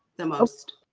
the most.